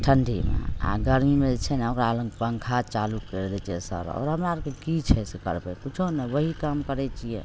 ठंडीमे आ गरमीमे जे छै ने ओकरा पङ्खा चालू करि दै छियै सारा आओर हमरा आरके की छै से करबै किछु नहि इहए काम करैत छियै